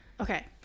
Okay